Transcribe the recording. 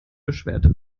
beschwerte